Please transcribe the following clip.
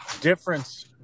difference